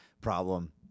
problem